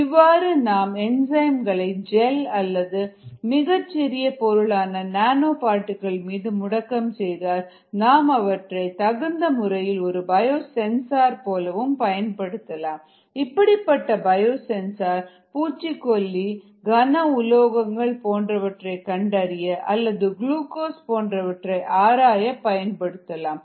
இவ்வாறு நாம் என்சைம்களை ஜெல் அல்லது மிகச்சிறிய பொருளான நானோ பார்ட்டிகல் மீது முடக்கம் செய்தால் நாம் அவற்றை தகுந்தமுறையில் ஒரு பயோ சென்சார் போல பயன்படுத்தலாம் இப்படிப்பட்ட பயோ சென்சார் பூச்சிக்கொல்லி கன உலோகங்கள் போன்றவற்றை கண்டறிய அல்லது குளுக்கோஸ் போன்றவற்றை ஆராய பயன்படுத்தலாம்